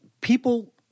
people